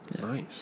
nice